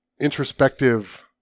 introspective